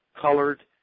colored